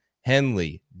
Henley